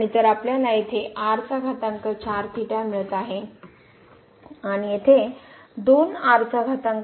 तर आपल्याला येथे मिळत आहे आणि येथे येत आहे